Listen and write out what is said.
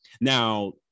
now